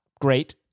great